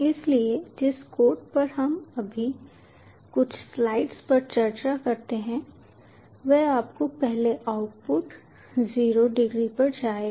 इसलिए जिस कोड पर हम अभी कुछ स्लाइड्स पर चर्चा करते हैं वह आपको पहले आउटपुट 0 डिग्री पर जाएगा